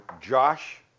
Josh